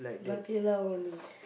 Nutella only